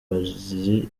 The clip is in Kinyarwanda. azi